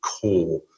core